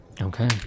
Okay